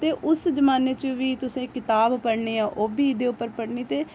ते उस जमाने च बी तुसेंगी कताब पढ़नी ओह् बी एह्दे उप्पर पढ़नी ते